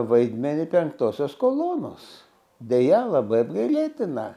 vaidmenį penktosios kolonos deja labai apgailėtina